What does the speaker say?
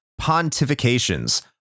pontifications